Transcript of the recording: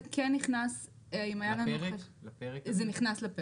זה כן נכנס לפרק הזה.